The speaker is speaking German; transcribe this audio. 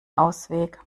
ausweg